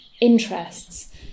interests